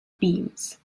beams